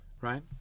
Right